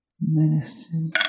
Medicine